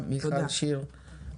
תודה מיכל שיר.